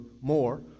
more